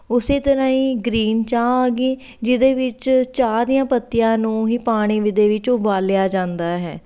ਉਸੇ ਤਰ੍ਹਾਂ ਹੀ ਗਰੀਨ ਚਾਹ ਆ ਗਈ ਜਿਹਦੇ ਵਿੱਚ ਚਾਹ ਦੀਆਂ ਪੱਤੀਆਂ ਨੂੰ ਹੀ ਪਾਣੀ ਦੇ ਵਿੱਚ ਉਬਾਲਿਆ ਜਾਂਦਾ ਹੈ